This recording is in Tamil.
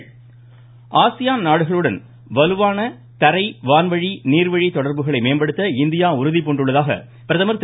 சூசூசூ பிரதமர் ஆசியான் நாடுகளுடன் வலுவான தரை வான் வழி நீர் வழி தொடர்புகளை மேம்படுத்த இந்தியா உறுதிபூண்டுள்ளதாக பிரதமர் திரு